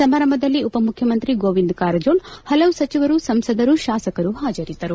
ಸಮಾರಂಭದಲ್ಲಿ ಉಪಮುಖ್ಕಮಂತ್ರಿ ಗೋವಿಂದ ಕಾರಜೋಳ ಪಲವು ಸಚಿವರು ಸಂಸದರು ಶಾಸಕರು ಹಾಜರಿದ್ದರು